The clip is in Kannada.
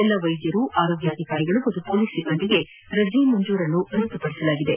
ಎಲ್ಲಾ ವೈದ್ಯರು ಆರೋಗ್ಯ ಅಧಿಕಾರಿಗಳು ಹಾಗೂ ಪೊಲೀಸ್ ಸಿಬ್ಬಂದಿಗೆ ರಜೆ ಮಂಜೂರನ್ನು ರದ್ದು ಮಾಡಲಾಗಿದೆ